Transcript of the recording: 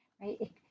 right